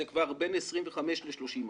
זה כבר בין 25 ל-30 אחוזים.